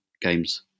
games